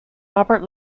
robert